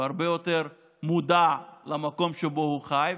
שהוא הרבה יותר מודע למקום שבו הוא חי,